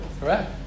Correct